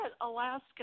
Alaska